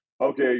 okay